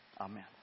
Amen